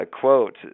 quote